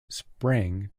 sprang